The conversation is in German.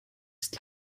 ist